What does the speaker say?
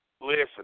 Listen